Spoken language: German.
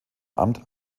amt